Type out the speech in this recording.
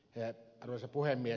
arvoisa puhemies